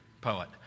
poet